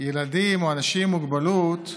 ילדים או אנשים עם מוגבלות אז,